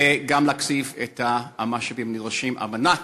וגם להקציב את המשאבים הנדרשים על מנת